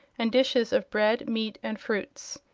and dishes of bread, meat and fruits.